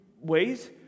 ways